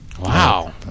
Wow